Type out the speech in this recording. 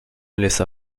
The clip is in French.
laissa